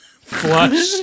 Flush